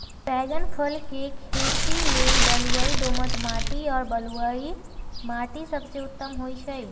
dragon फल के खेती लेल बलुई दोमट माटी आ बलुआइ माटि सबसे उत्तम होइ छइ